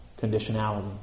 conditionality